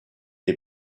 des